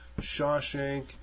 Shawshank